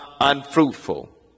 unfruitful